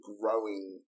growing